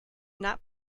not